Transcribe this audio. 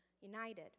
united